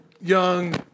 young